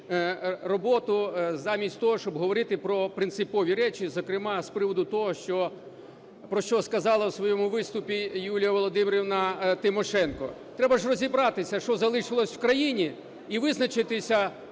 роботу замість того, щоб говорити про принципові речі, зокрема, з приводу того, про що сказала в своєму виступі Юлія Володимирівна Тимошенко. Треба ж розібратися, що залишилось у країні, і визначитися